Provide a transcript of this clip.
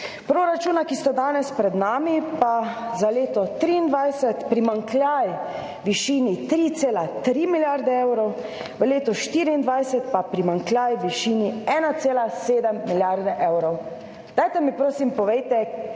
Proračuna, ki sta danes pred nami, pa: za leto 2023 primanjkljaj v višini 3,3 milijarde evrov, v leto 2024 pa primanjkljaj v višini 1,7 milijarde evrov. Dajte mi, prosim, povejte, kje